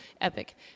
Epic